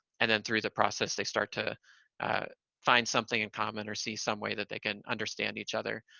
and then, through the process, they start to find something in common or see some way that they can understand each other.